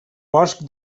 bosc